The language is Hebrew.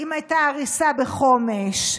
אם הייתה הריסה בחומש?